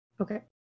Okay